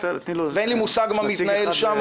ואין לי מושג מה מתנהל שם,